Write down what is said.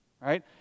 right